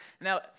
Now